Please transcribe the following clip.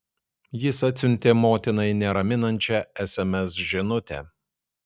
jis atsiuntė motinai neraminančią sms žinutę